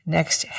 Next